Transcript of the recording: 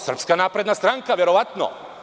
Srpska napredna stranka verovatno.